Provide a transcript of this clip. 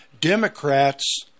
Democrats